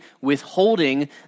withholding